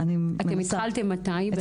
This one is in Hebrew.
אתם התחלתם מתי?